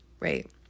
Right